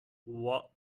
what